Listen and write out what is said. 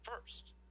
First